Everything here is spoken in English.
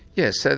yes, so